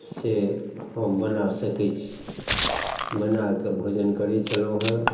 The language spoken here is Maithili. से हम बना सकै छी बना कऽ भोजन करै छलौहँ